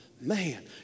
man